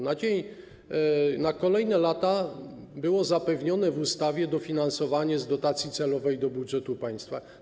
Na kolejne lata było zapewnione w ustawie dofinansowanie z dotacji celowej z budżetu państwa.